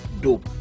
dope